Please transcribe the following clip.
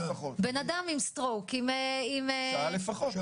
בנאדם עם סטרוק עם --- שעה לפחות.